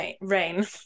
rain